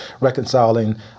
reconciling